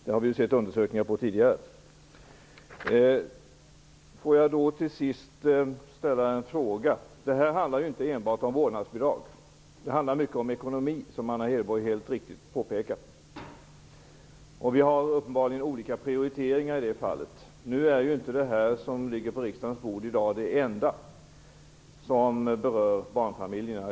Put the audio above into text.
Sådana undersökningar har vi ju sett tidigare. Jag vill till sist ställa en fråga. Det handlar här inte enbart om vårdnadsbidrag utan om ekonomi, som Anna Hedborg helt riktigt påpekar. Vi har i det fallet uppenbarligen olika prioriteringar. Som jag nämnde i mitt anförande är det som i dag ligger på riksdagens bord inte det enda förslag som berör barnfamiljerna.